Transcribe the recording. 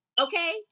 okay